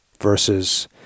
versus